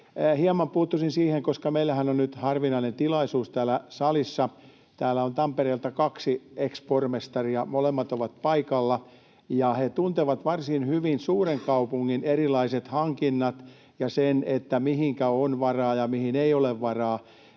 olla tarkempana. Meillähän on nyt harvinainen tilaisuus täällä salissa, kun täällä on Tampereelta kaksi ex-pormestaria. Molemmat ovat paikalla, ja he tuntevat varsin hyvin suuren kaupungin erilaiset hankinnat ja sen, mihinkä on varaa ja mihin ei ole varaa.